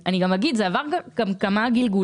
אני גם אומר שזה עבר כמה גלגולים,